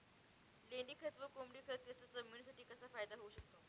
लेंडीखत व कोंबडीखत याचा जमिनीसाठी कसा फायदा होऊ शकतो?